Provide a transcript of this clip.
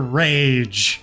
rage